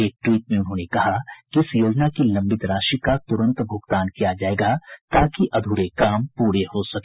एक टवीट में उन्होंने कहा कि इस योजना की लंबित राशि का तुरंत भूगतान किया जायेगा ताकि अध्रे काम पूरे हो सके